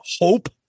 hope